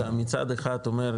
אתה מצד אחד אומר,